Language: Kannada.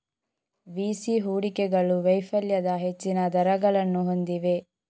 ವಿ.ಸಿ ಹೂಡಿಕೆಗಳು ವೈಫಲ್ಯದ ಹೆಚ್ಚಿನ ದರಗಳನ್ನು ಹೊಂದಿವೆ